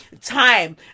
time